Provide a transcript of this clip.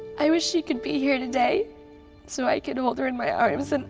i wish she could be here today so i could hold her in my arms and